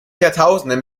jahrtausenden